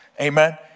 Amen